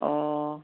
অঁ